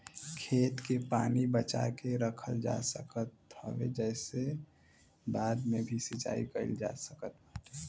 खेत के पानी बचा के रखल जा सकत हवे जेसे बाद में भी सिंचाई कईल जा सकत बाटे